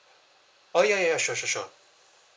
oh ya ya ya sure sure sure